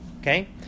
Okay